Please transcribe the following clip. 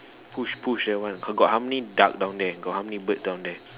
push push that one got how many duck down there got how many bird down there